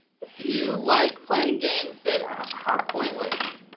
you like playing games that are pointless?